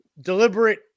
deliberate